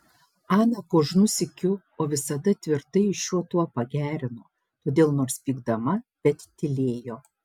ana kožnu sykiu o visada tvirtai šiuo tuo pagerino todėl nors pykdama bet tylėjo